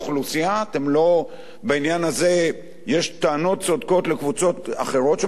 בעניין הזה יש טענות צודקות לקבוצות אחרות שמקופחות,